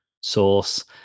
source